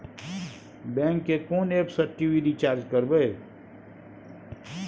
Bank के कोन app से टी.वी रिचार्ज करबे?